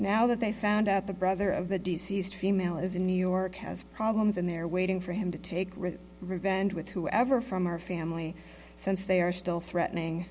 now that they found out the brother of the deceased female is in new york has problems in their waiting for him to take revenge with whoever from our family since they are still threatening